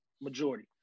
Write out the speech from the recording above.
Majority